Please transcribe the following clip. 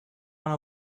one